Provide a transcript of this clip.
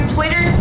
Twitter